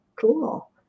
cool